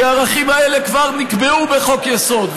הערכים האלה כבר נקבעו בחוק-יסוד,